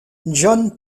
john